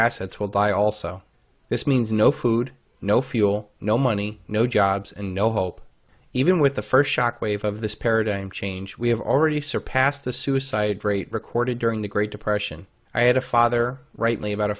assets will buy also this means no food no fuel no money no jobs and no hope even with the first shock wave of this paradigm change we have already surpassed the suicide rate recorded during the great depression i had a father rightly about a